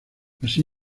así